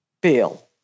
Bill